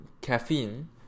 caffeine